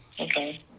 Okay